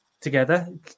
together